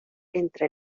entre